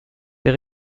der